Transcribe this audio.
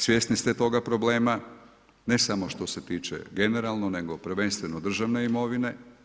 Svjesni ste toga problema ne samo što se tiče generalno nego prvenstveno državne imovine.